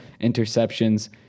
interceptions